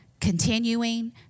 continuing